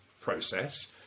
process